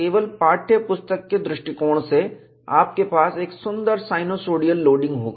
केवल पाठ्यपुस्तक के दृष्टिकोण से आपके पास एक सुंदर साइनयूसोडियल लोडिंग होगा